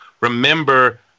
remember